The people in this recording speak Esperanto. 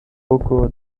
hoko